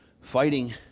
fighting